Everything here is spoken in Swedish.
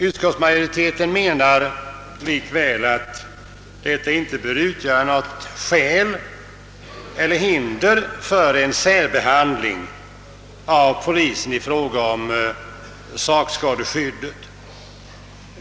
Utskottsmajoriteten menar likväl, att detta inte bör utgöra något hinder för en särbehandling av polisen i fråga om sakskadeskyddet.